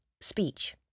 speech